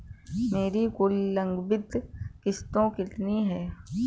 मेरी कुल लंबित किश्तों कितनी हैं?